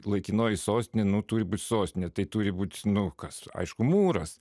laikinoji sostinė nu turi būt sostinė tai turi būt nu kas aišku mūras